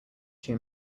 two